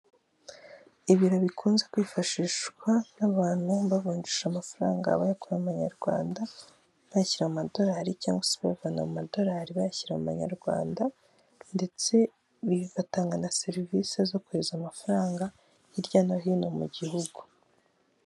Ibiro bikunze kwifashishwa n'abantu bavunjisha amafaranga bayakura mu manyarwanda bashyira mu madorari cyangwa se bavana mu madorari bashyira mu manyarwanda ndetse bigatanga na serivisi zo kohereza amafaranga hirya no hino mu gihugu.